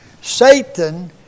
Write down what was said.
Satan